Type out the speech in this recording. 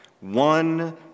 one